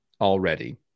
already